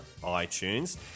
iTunes